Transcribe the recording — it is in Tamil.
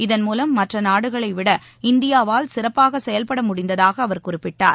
இதன் மூலம் மற்ற நாடுகளை விட இந்தியாவில் சிறப்பாக செயல்பட முடிந்ததாக அவர் குறிப்பிட்டார்